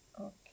Okay